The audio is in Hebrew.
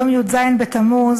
יום י"ז בתמוז,